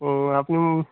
ও আপনি